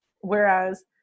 Whereas